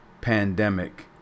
pandemic